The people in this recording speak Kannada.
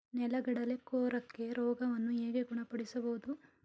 ನೆಲಗಡಲೆ ಕೊರಕ ರೋಗವನ್ನು ಹೇಗೆ ಗುಣಪಡಿಸಬಹುದು?